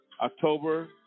October